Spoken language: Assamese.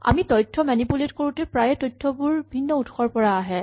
আমি তথ্য মেনিপুলেট কৰোতে প্ৰায়ে তথ্যবোৰ ভিন্ন উৎসৰ পৰা আহে